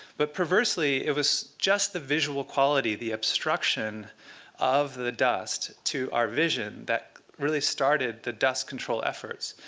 but perversely, it was just the visual quality, the obstruction of the dust to our vision that really started the dust control efforts,